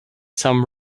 some